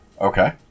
Okay